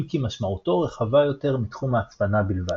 אם כי משמעותו רחבה יותר מתחום ההצפנה בלבד.